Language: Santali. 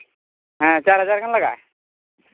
ᱦᱮᱸ ᱪᱟᱨ ᱦᱟᱡᱟᱨ ᱜᱟᱱ ᱞᱟᱜᱟᱜᱼᱟ